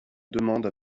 demande